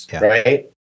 right